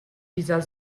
dieser